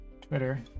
Twitter